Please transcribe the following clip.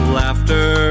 laughter